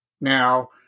Now